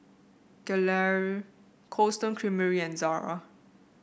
Gelare Cold Stone Creamery and Zara